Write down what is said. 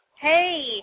Hey